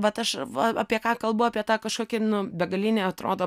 vat aš va apie ką kalbu apie tą kažkokį begalinį atrodo